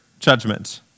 judgment